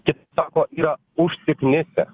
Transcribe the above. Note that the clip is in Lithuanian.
kiti sako yra užsiknisę